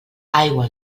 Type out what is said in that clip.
aigua